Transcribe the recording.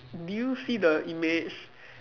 do you see the image